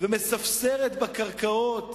ומספסרת בקרקעות